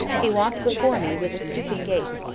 he walked before me with a stooping gait,